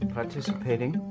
participating